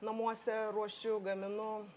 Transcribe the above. namuose ruošiu gaminu